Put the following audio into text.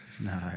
no